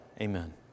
Amen